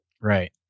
Right